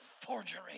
forgery